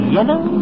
Yellow